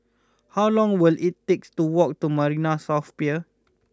how long will it takes to walk to Marina South Pier